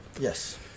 Yes